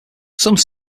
some